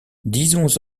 disons